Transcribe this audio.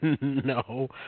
No